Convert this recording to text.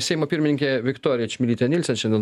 seimo pirmininkė viktorija čmilytė nylsen šiandien